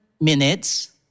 minutes